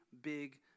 big